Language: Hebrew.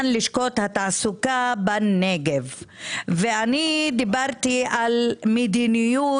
לשכות התעסוקה בנגב ודיברתי על מדיניות,